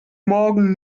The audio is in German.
morgen